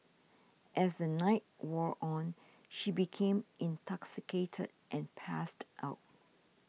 as the night wore on she became intoxicated and passed out